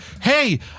hey